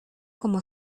como